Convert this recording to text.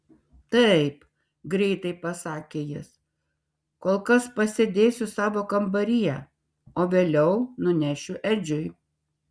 taip greitai pasakė jis kol kas pasidėsiu savo kambaryje o vėliau nunešiu edžiui